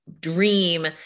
dream